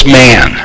man